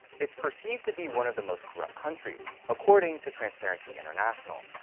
it's perceived to be one of the most corrupt countries according to transparency international,